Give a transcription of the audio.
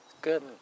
good